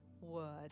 word